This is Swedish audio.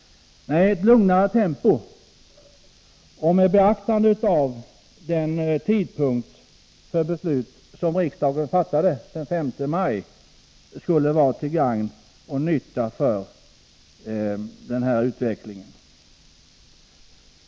Nej, ett lugnare tempo, med beaktande av den tidpunkt för beslut som riksdagen fattade den 5 maj, skulle vara till gagn för utvecklingen.